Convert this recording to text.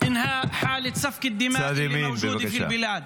תודה רבה.